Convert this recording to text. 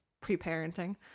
pre-parenting